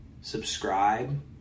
subscribe